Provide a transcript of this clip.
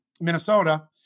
Minnesota